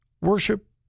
worship